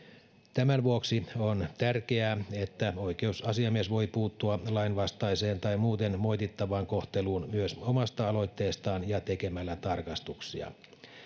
tämän vuoksi on tärkeää että oikeusasiamies voi puuttua lainvastaiseen tai muuten moitittavaan kohteluun myös omasta aloitteestaan ja tekemällä tarkastuksia